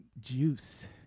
juice